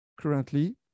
currently